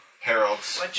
Harold's